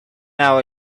hour